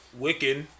Wiccan